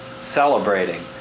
celebrating